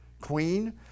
queen